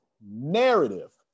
narrative